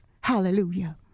hallelujah